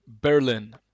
Berlin